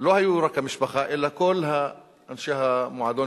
לא היתה רק המשפחה אלא כל אנשי מועדון